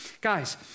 Guys